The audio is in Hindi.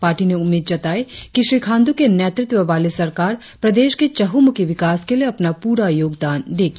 पार्टी ने उम्मीद जताई कि श्री खांड् के नेतृत्व वाली सरकार प्रदेश के चहुँमुखी विकास के लिए अपना पूरा योगदान देगा